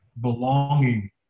belonging